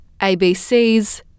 ABC's